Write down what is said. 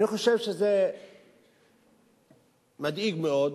אני חושב שזה מדאיג מאוד,